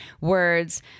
words